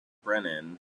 brennan